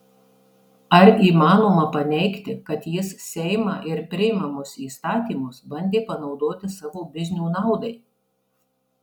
ar įmanoma paneigti kad jis seimą ir priimamus įstatymus bandė panaudoti savo biznių naudai